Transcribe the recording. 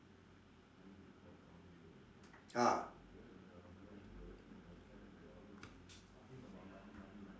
ah